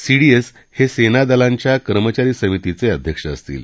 CDS हे सेनादलांच्या कर्मचारी समितीचे अध्यक्ष असतील